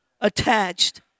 attached